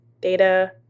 data